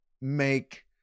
make